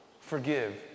forgive